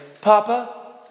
Papa